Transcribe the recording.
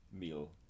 meal